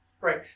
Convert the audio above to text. Right